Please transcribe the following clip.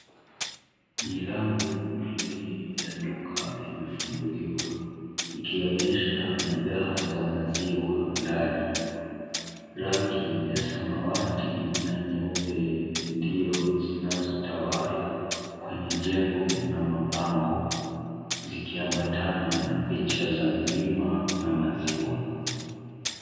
Milango miwili ya duka imefunguliwa, ikionyesha bidhaa za maziwa ndani. Rangi ya samawati na nyeupe ndio zinazotawala, kwenye jengo na mabango, zikiambatana na picha za milima na maziwa.